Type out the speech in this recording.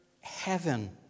heaven